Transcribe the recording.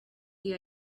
the